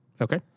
Okay